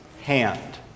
hand